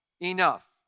enough